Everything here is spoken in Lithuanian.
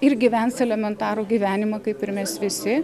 ir gyvens elementarų gyvenimą kaip ir mes visi